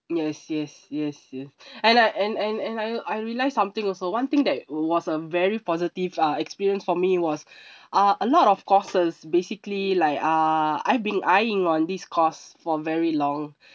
yes yes yes yes and I and and and I I realised something also one thing that was a very positive ah experience for me was uh a lot of courses basically like err I've been eyeing on this course for very long